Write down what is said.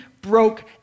broke